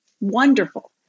wonderful